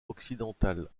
occidentale